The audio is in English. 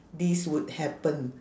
this would happen